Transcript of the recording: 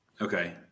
okay